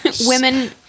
Women